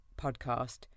podcast